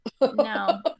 No